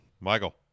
Michael